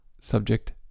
subject